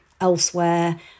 Elsewhere